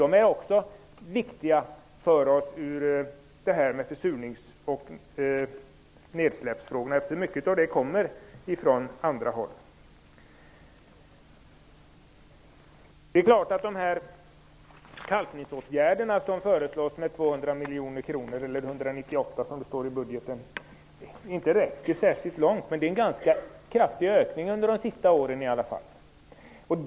Dessa är viktiga för oss också med tanke på nedfall och försurning, eftersom mycket av detta kommer från andra håll. Det är klart att de 198 miljoner kronor som anvisas i budgeten för kalkningsåtgärder inte räcker särskilt långt, men det har ändå under de senaste åren skett en ganska kraftig ökning.